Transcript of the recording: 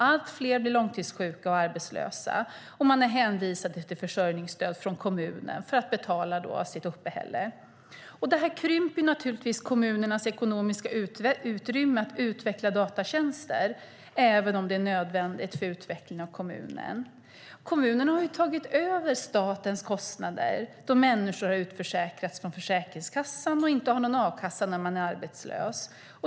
Allt fler blir långtidssjuka och arbetslösa, och de är hänvisade till försörjningsstöd från kommunen för att betala sitt uppehälle. Det här krymper kommunernas ekonomiska utrymme att utveckla datatjänster även om det är nödvändigt för utvecklingen av kommunen. Kommunerna har tagit över statens kostnader när människor har utförsäkrats från Försäkringskassan och inte har någon a-kassa när de är arbetslösa.